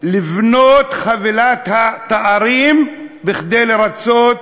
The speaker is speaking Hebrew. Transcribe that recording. לבנות את חבילת התארים כדי לרַצות